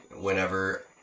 whenever